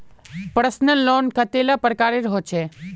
Personal loan कतेला प्रकारेर होचे?